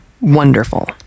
Wonderful